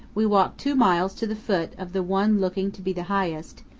we walk two miles to the foot of the one looking to be the highest,